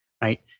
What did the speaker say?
right